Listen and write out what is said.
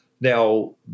Now